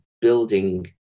building